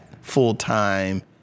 full-time